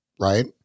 right